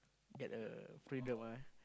get a freedom ah